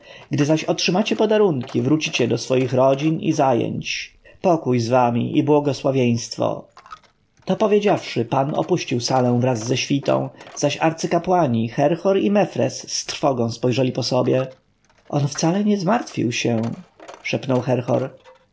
gdy zaś otrzymacie podarunki wrócicie do swoich rodzin i zajęć pokój z wami i błogosławieństwo to powiedziawszy pan opuścił salę wraz ze świtą zaś arcykapłani herhor i mefres z trwogą spojrzeli po sobie on wcale nie zmartwił się szepnął herhor